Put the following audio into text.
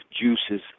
juices